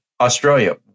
Australia